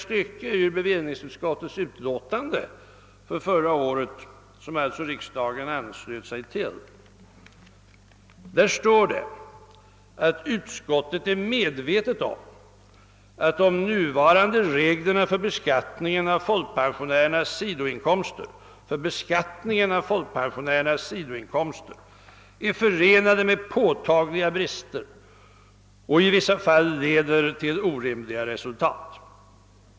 I bevillningsutskottets utlåtande förra året står det att utskottet är medvetet om att de nuvarande reglerna för beskattningen av folkpensionärernas sidoinkomster är förenade med påtagliga brister och i vissa fall leder till orimliga resultat.